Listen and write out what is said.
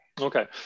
Okay